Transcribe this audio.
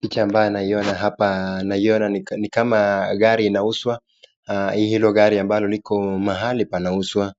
Picha ambayo naiona hapa naiona ni kama gari inauzwa. Hilo gari ambalo liko mahali panauzwa.